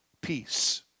peace